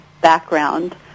background